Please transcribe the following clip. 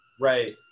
Right